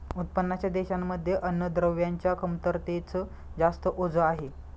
उत्पन्नाच्या देशांमध्ये अन्नद्रव्यांच्या कमतरतेच जास्त ओझ आहे